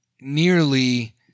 nearly